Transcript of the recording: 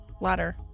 Ladder